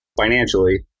financially